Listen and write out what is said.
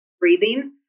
breathing